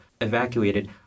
evacuated